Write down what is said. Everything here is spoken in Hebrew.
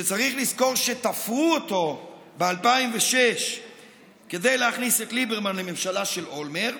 שצריך לזכור שתפרו אותו ב-2006 כדי להכניס את ליברמן לממשלה של אולמרט,